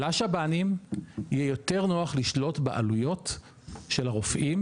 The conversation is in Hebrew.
לשב"נים יהיה יותר נוח לשלוט בעלויות של הרופאים,